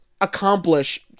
accomplish